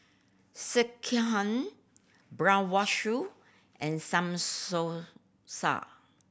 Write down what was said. Sekihan and